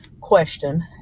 question